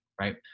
right